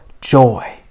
joy